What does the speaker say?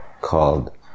called